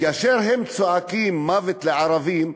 כאשר הם צועקים "מוות לערבים",